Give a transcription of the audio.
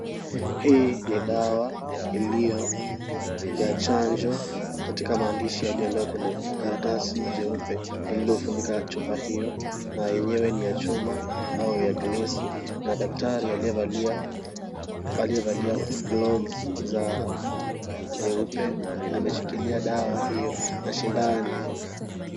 Hii ni dawa iliyo ya chanjo katika maandishi yaliyoandikwa kwenye karatasi jeupe lililofunikwa na chupa hiyo na yenyewe ni ya chuma au ya glasi na daktari aliyevalia gloves za nyeupe ameshikilia dawa hiyo na shindani.